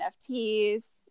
NFTs